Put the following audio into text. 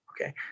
okay